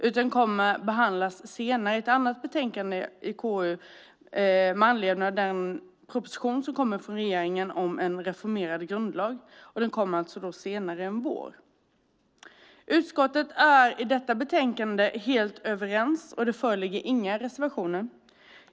De kommer att behandlas senare, i ett annat betänkande från KU med anledning av den proposition som kommer från regeringen om en reformerad grundlag. Den kommer senare i vår. Utskottet är helt överens i betänkandet. Det föreligger inga reservationer.